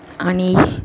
Anish